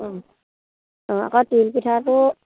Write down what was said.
অঁ অঁ আকৌ তিল পিঠাটো